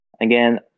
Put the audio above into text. Again